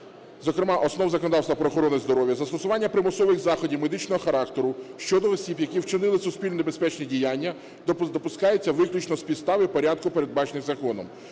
зокрема основ законодавства про охорону здоров'я, застосування примусових заходів медичного характеру щодо осіб, які вчинили суспільно небезпечні діяння, допускається виключно з підстави в порядку передбаченим законом.